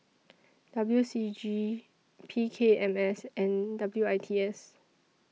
W C G P K M S and W I T S